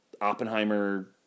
Oppenheimer